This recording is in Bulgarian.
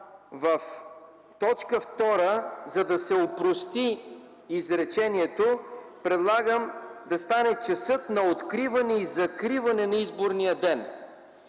това в т. 2, за да се опрости изречението, предлагам да стане: „часът на откриване и закриване на изборния ден”.